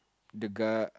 the guy